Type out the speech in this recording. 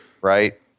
right